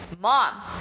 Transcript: Mom